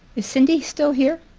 is cindy still here?